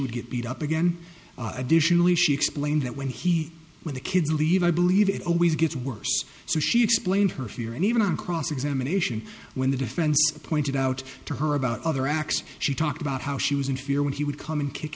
would get beat up again additionally she explained that when he when the kids leave i believe it always gets worse so she explained her fear and even in cross examination when the defense pointed out to her about other acts she talked about how she was in fear when he would come and kick